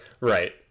right